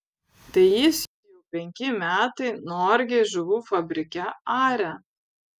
tai jis jau penki metai norgėj žuvų fabrike aria